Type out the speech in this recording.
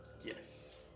yes